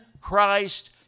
Christ